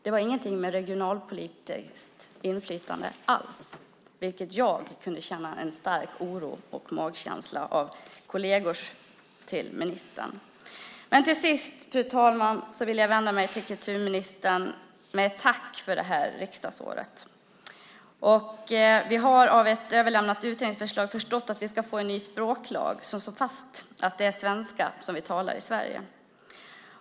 Det sades inget alls om regionalpolitiskt inflytande, vilket jag kunde känna en stark oro över. Till sist, fru talman, vill jag vända mig till kulturministern med ett tack för detta riksdagsår. Vi har av ett överlämnat utredningsförslag förstått att vi ska få en ny språklag som slår fast att det är svenska vi talar i Sverige.